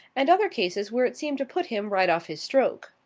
and other cases where it seemed to put him right off his stroke.